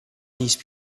these